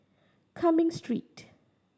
Cumming Street